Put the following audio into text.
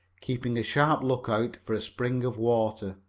keeping a sharp lookout for a spring of water.